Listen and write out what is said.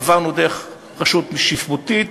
עברנו דרך רשות שיפוטית,